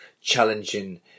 challenging